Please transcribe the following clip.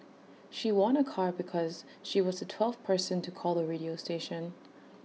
she won A car because she was the twelfth person to call the radio station